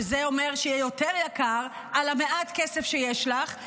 שזה אומר שיהיה יותר יקר על מעט הכסף שיש לך,